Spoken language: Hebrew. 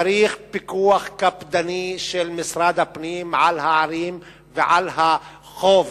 צריך פיקוח קפדני של משרד הפנים על הערים ועל החוב.